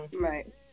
Right